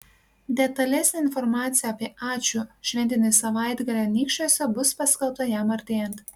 detalesnė informacija apie ačiū šventinį savaitgalį anykščiuose bus paskelbta jam artėjant